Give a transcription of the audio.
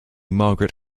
margaret